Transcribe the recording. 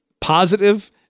positive